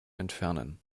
entfernen